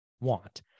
want